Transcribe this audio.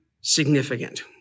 significant